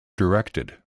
directed